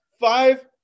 five